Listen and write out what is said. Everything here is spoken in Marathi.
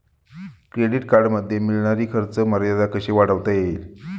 क्रेडिट कार्डमध्ये मिळणारी खर्च मर्यादा कशी वाढवता येईल?